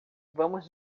vamos